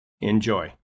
Enjoy